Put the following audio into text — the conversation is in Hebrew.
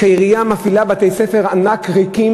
כשהעירייה מפעילה בתי-ספר ענק ריקים,